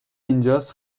اینجاس